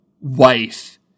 wife